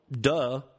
duh